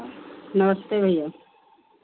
नमस्ते भैया